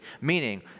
meaning